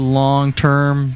long-term